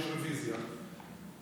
יש רוויזיה,